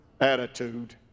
attitude